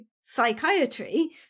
psychiatry